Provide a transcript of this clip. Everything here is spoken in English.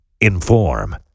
inform